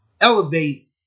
elevate